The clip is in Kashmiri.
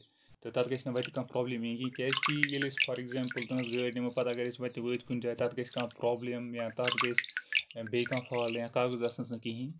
تہٕ تَتھ گژھِ نہٕ وَتہِ کانٛہہ پرابلِم یِنۍ کیازِ کہِ ییٚلہِ أسۍ فار اٮ۪کزامپٕل تُہنٛز گٲڑۍ نِمو پَتہٕ اَگر أسۍ وَتہِ وٲتۍ کُنہِ جایہِ تَتھ گژھِ کانٛہہ پرابلِم یا تَتھ گژھِ یا تَتھ گژھِ بیٚیہِ کانٛہہ فال یا کاغز آسنَس نہٕ کِہینۍ